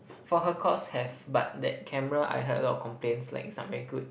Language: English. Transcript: for her course have but that camera I heard a lot of complaints like it's not very good